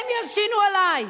הם ילשינו עלי.